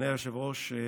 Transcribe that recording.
אדוני היושב-ראש,